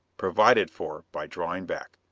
provided for by drawing back.